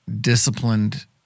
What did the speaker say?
disciplined